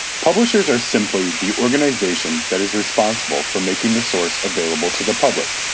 publishers are simply the organization that is responsible for making the source available to the public,